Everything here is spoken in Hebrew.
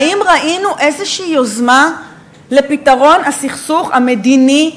האם ראינו איזושהי יוזמה לפתרון הסכסוך המדיני,